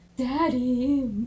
daddy